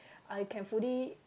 I can fully